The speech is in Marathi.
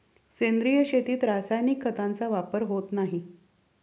सेंद्रिय शेतीत रासायनिक खतांचा वापर होत नाही